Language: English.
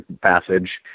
passage